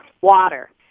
water